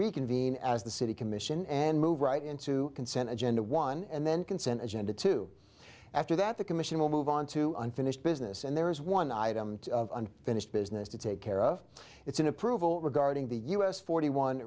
reconvene as the city commission and move right into consent agenda one and then consent agenda two after that the commission will move on to unfinished business and there is one item unfinished business to take care of it's an approval regarding the u s forty one